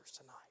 tonight